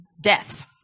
death